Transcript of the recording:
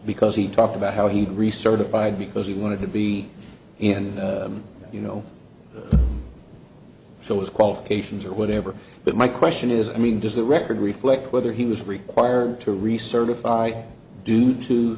because he talked about how he'd recertified because he wanted to be and you know so his qualifications or whatever but my question is i mean does the record reflect whether he was required to recertify due to